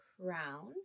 crown